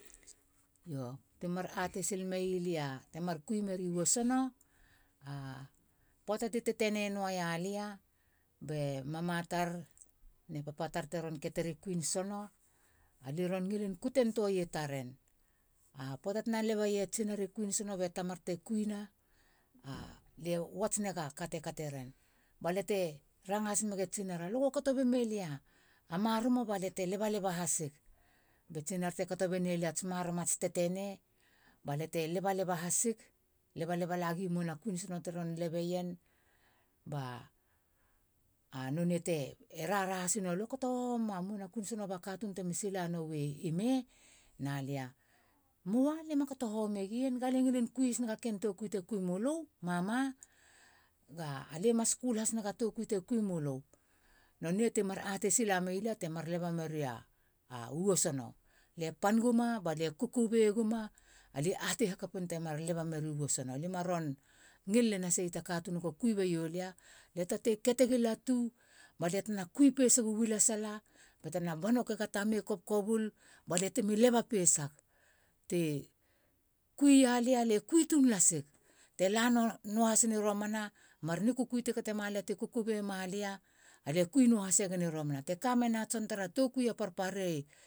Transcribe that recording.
Poata te tetene nua ia lia. be mama tar ne papa tar teron keter i kuin sono alie ron ngilin kute tua i taren. a poata tena lebaie tsinar i kuin sono be tamar te kuina. a lie wats naga ka te kateren balia te ranga has mege tsinar. alu go kato bemilia a maromo ba lia te leba. leba hasik be tsinar te kato beni lia tsi maromo tsi tetene ba lia te laba leba hasik. leba leba lagi kuin sono ti lebaien ba nonei te raraha hasina lue kotohoma mona kuin sono ba katun temo sila noe mei? Na lia mua. lia ma kato homiegien. ga lie ngilin kui hasnaga ken tokui te kui mulu. mama. ga ha. alia mas skul hasnega ken tokui te kui mulu. nonei ti mar atei silaia lia te leba meriu wesono. lie pan guma balia te kukubei guma alie atei hakapen te mar leba mei a wesono. ali maron ngil len hasegi ta katun tegi mi ron kui beio lia. lia tatei kete gi latu balia tena kui pesa gawelasala. ba lia tena banoko ga tama kobkobul ti mi leba pesa ti kuia lia lie kui tun lasi. te lanua hasini romana ni kukui manasa ti kukubei ma lia. alis kwi no hasegen i romana. te kamena tson tar a tokui par pare,